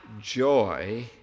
joy